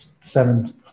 seven